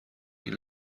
این